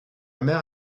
mère